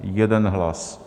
Jeden hlas.